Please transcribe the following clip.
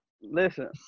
Listen